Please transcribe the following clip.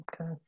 Okay